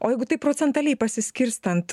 o jeigu taip procentaliai pasiskirstant